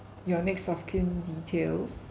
your next-of-kin details